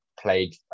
played